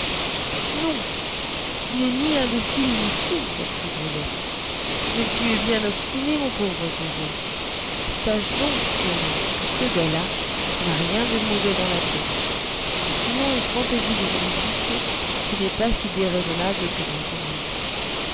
non tu n'es ni imbécile ni fou reprit brulette mais tu es bien obstiné mon pauvre joset sache donc tiennet que ce gars-là n'a rien de mauvais dans la tête sinon une fantaisie de musique qui n'est pas si déraisonnable que dangereuse